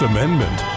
Amendment